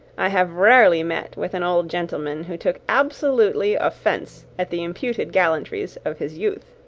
i have rarely met with an old gentleman who took absolutely offence at the imputed gallantries of his youth.